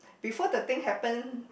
before the thing happen